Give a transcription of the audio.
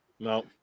No